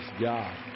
God